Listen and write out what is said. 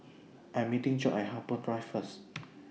I Am meeting Jobe At Harbour Drive First